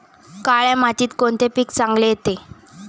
काळ्या मातीत कोणते पीक चांगले येते?